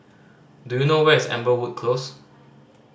do you know where is Amberwood Close